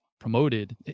promoted